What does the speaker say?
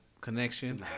connection